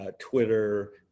Twitter